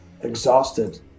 exhausted